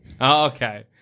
Okay